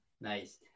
Nice